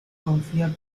confía